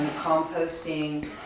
composting